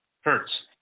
Hertz